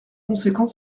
conséquent